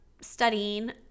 studying